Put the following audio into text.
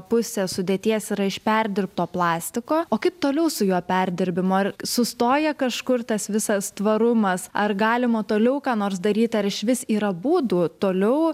pusę sudėties yra iš perdirbto plastiko o kaip toliau su juo perdirbimu ar sustoja kažkur tas visas tvarumas ar galima toliau ką nors daryti ar išvis yra būdų toliau